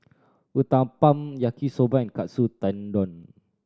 Uthapam Yaki Soba and Katsu Tendon